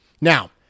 Now